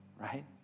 right